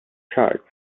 charts